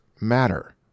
matter